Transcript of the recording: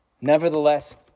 nevertheless